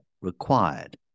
required